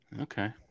Okay